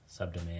subdomain